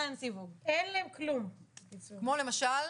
כמו למשל?